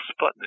Sputnik